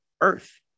earth